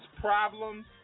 problems